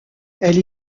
elle